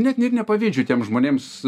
net ir nepavydžiu tiems žmonėms